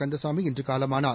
Kandasamy இன்றுகாலமானார்